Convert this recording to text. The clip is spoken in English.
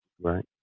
Right